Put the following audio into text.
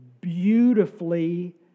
beautifully